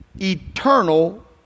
eternal